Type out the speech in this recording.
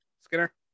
Skinner